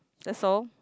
that's all